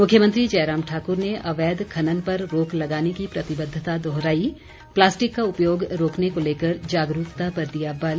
मुख्यमंत्री जयराम ठाक्र ने अवैध खनन पर रोक लगाने की प्रतिबद्धता दोहराई प्लास्टिक का उपयोग रोकने को लेकर जागरूकता पर दिया बल